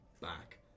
back